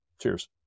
Cheers